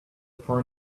for